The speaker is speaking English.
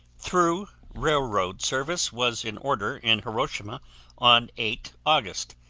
through railroad service was in order in hiroshima on eight august,